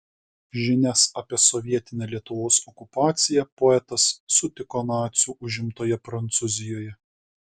žinias apie sovietinę lietuvos okupaciją poetas sutiko nacių užimtoje prancūzijoje